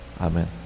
Amen